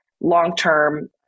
long-term